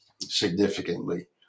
significantly